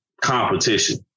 competition